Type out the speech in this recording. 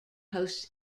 hosts